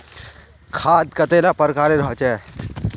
खाद कतेला प्रकारेर होचे?